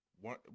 one